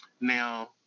now